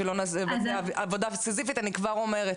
אני כבר אומרת